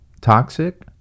toxic